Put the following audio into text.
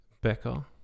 Becker